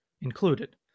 included